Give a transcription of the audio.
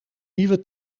nieuwe